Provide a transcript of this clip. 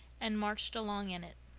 and marched along in it,